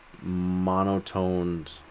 monotoned